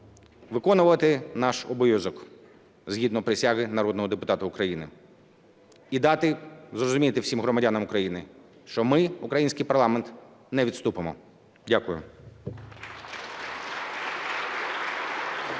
виконувати наш обов'язок згідно присяги народного депутата України, і дати зрозуміти всім громадянам України, що ми, український парламент, не відступимо. Дякую.